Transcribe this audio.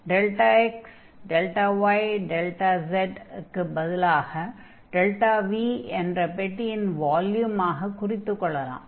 δxδyδz க்குப் பதிலாக δV என்ற பெட்டியின் வால்யூமாக குறித்துக் கொள்ளலாம்